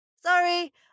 Sorry